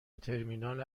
ترمینال